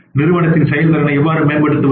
நிறுவனத்தின் செயல்திறனை எவ்வாறு மேம்படுத்துவது